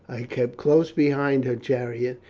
i kept close behind her chariot,